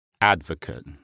advocate